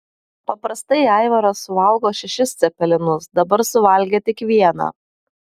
paprastai aivaras suvalgo šešis cepelinus dabar suvalgė tik vieną